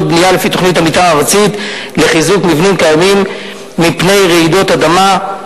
בנייה לפי תוכנית המיתאר הארצית לחיזוק מבנים קיימים מפני רעידות אדמה,